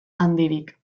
handirik